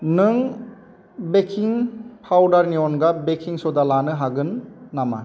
नों बेकिं पाउदारनि अनगा बेकिं सदा लानो हागोन नामा